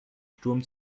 sturm